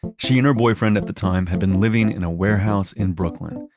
she and her boyfriend at the time had been living in a warehouse in brooklyn,